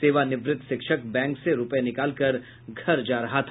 सेवानिवृत्त शिक्षक बैंक से रूपये निकालकर घर जा रहा था